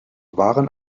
wahren